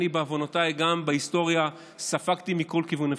אני בעוונותיי בהיסטוריה גם ספגתי מכל כיוון אפשרי.